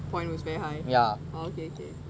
point was very high ya okay okay